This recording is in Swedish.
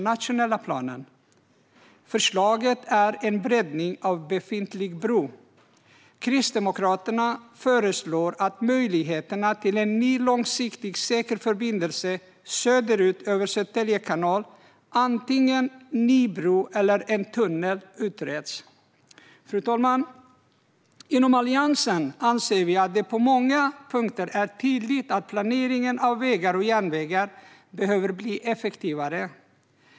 Förslaget innebär en breddning av den befintliga bron. Kristdemokraterna föreslår att möjligheterna till en ny, långsiktigt säker, förbindelse söderut över Södertälje kanal - antingen en ny bro eller en tunnel - utreds. Fru talman! Inom Alliansen anser vi att det på många punkter är tydligt att planeringen av vägar och järnvägar behöver bli effektivare.